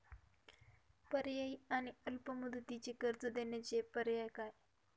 पर्यायी आणि अल्प मुदतीचे कर्ज देण्याचे पर्याय काय?